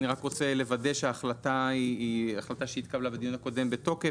אני רק רוצה לוודא שההחלטה היא החלטה שהתקבלה בדיון הקודם בתוקף,